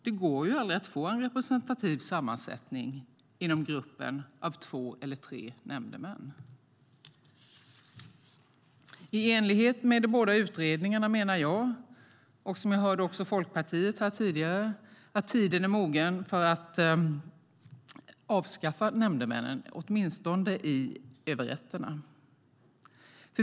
Det går aldrig att få en representativ sammansättning inom gruppen av två eller tre nämndemän. I enlighet med de båda utredningarna menar jag - och som jag hörde Folkpartiet framhålla tidigare - att tiden är mogen för att avskaffa nämndemännen, åtminstone i överrätterna.